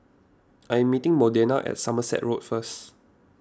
I am meeting Modena at Somerset Road first